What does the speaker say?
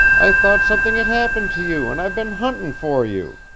i thought something had happened to you, and i've been huntin' for you,